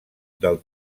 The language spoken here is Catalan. del